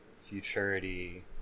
Futurity